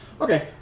Okay